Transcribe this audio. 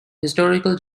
historical